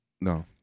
no